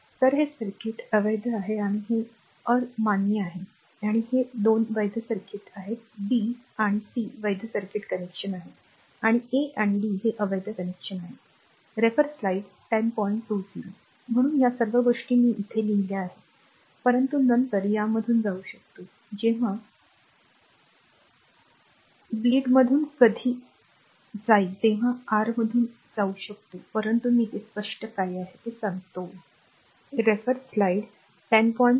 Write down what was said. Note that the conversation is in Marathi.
तर हे सर्किट हे अवैध आहे आणि हे अमान्य आहे आणि हे 2 वैध सर्किट आहेत b आणि c वैध सर्किट कनेक्शन आहेत आणि a आणि d हे अवैध कनेक्शन आहेत म्हणून या सर्व गोष्टी मी इथे लिहिल्या आहेत परंतु नंतर यामधून जाऊ शकतो जेव्हा bleed मधून कधी जाईल तेव्हा आरमधून जाऊ शकतो परंतु मी ते स्पष्ट केले आहे की ते काय आहे